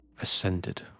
ascended